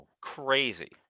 Crazy